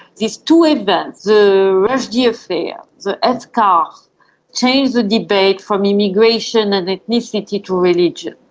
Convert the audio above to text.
these two events the rushdie affair, the headscarfs changed the debate from immigration and ethnicity to religion.